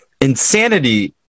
insanity